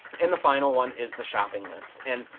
and the final one is the shopping list. and,